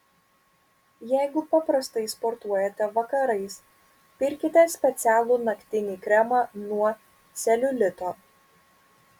jeigu paprastai sportuojate vakarais pirkite specialų naktinį kremą nuo celiulito